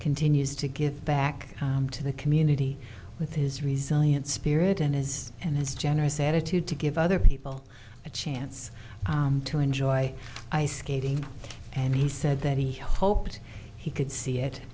continues to give back to the community with his reasoning in spirit and his and his generous attitude to give other people a chance to enjoy ice skating and he said that he hoped he could see it